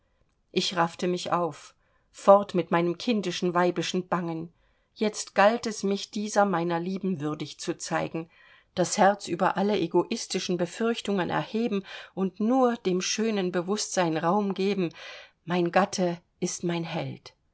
ich raffte mich auf fort mit meinem kindischen weibischen bangen jetzt galt es mich dieser meiner lieben würdig zu zeigen das herz über alle egoistischen befürchtungen erheben und nur dem schönen bewußtsein raum geben mein gatte ist ein held